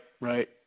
right